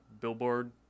billboard